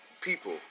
People